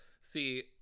See